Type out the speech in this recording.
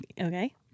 Okay